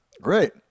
Great